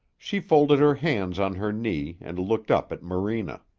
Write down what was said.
she folded her hands on her knee and looked up at morena.